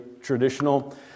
traditional